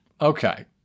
Okay